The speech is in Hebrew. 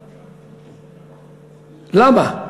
למה?